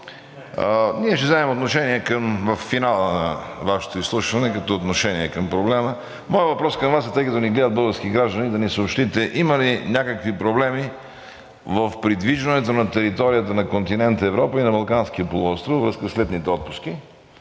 ние ще вземем отношение във финала на Вашето изслушване като отношение към проблема. Моят въпрос към Вас е, тъй като ни гледат български граждани, да ни съобщите: има ли някакви проблеми в придвижването на територията на континента Европа и на Балканския полуостров във връзка с летните отпуски,